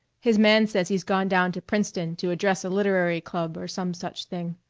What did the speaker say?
his man says he's gone down to princeton to address a literary club or some such thing.